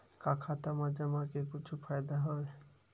का खाता मा जमा के कुछु फ़ायदा राइथे?